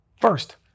first